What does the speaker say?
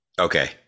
Okay